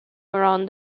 around